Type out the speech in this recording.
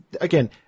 again